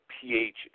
pH